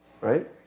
Right